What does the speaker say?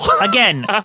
Again